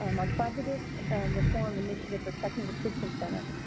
um our collaborative reform initiative for technical assistance center.